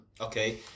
Okay